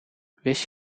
wist